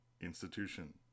Institution